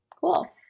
Cool